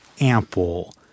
ample